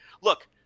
look